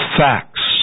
facts